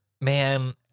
Man